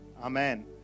amen